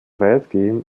weitgehend